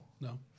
No